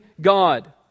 God